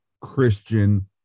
Christian